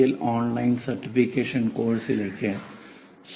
L online certification കോഴ്സുകളിലേക്ക് സ്വാഗതം